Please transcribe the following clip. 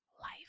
life